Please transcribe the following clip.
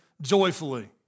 joyfully